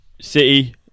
City